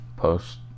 Post